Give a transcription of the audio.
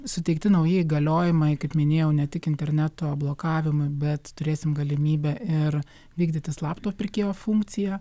suteikti nauji įgaliojimai kaip minėjau ne tik interneto blokavimui bet turėsim galimybę ir vykdyti slapto pirkėjo funkciją